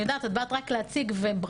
אני יודעת, את באת רק להציג וברכות.